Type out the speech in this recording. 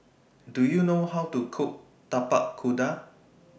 Do YOU know How to Cook Tapak Kuda